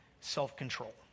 self-control